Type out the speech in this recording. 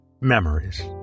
memories